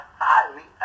highly